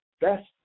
best